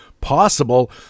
possible